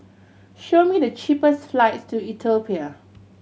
show me the cheapest flights to Ethiopia